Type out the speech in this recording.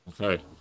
okay